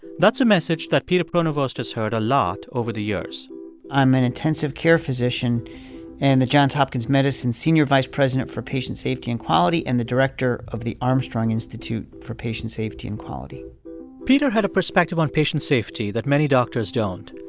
that's a message that peter pronovost has heard a lot over the years i'm an intensive care physician and the johns hopkins medicine senior vice president for patient safety and quality and the director of the armstrong institute for patient safety and quality peter had a perspective on patient safety that many doctors don't.